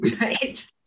Right